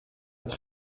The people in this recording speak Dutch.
het